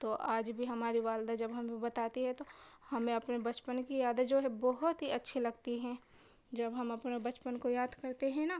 تو آج بھی ہماری والدہ جب ہمیں بتاتی ہے تو ہمیں اپنے بچپن کی یادیں جو ہے بہت ہی اچھی لگتی ہیں جب ہم اپنے بچپن کو یاد کرتے ہیں نا